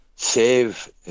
save